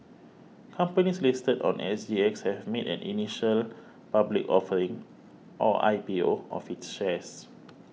companies listed on S G X have made an initial public offering or I P O of its shares